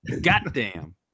Goddamn